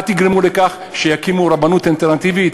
מה תגרמו בכך, שיקימו רבנות אלטרנטיבית?